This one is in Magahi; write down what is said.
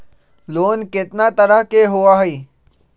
लोन केतना तरह के होअ हई?